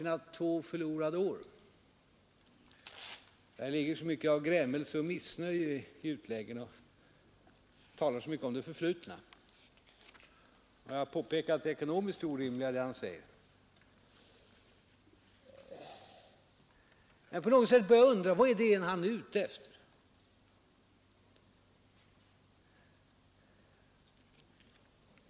Det förefaller att ligga mycket av grämelse och missnöje i utläggningarna, när han talar så mycket om det förflutna. Jag har redan påpekat det ekonomiskt orimliga i vad herr Helén säger, men jag har på något sätt börjat undra vad han egentligen är ute efter.